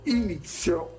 inizio